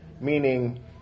meaning